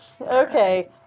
Okay